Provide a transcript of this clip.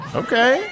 okay